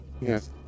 Yes